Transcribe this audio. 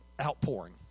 outpouring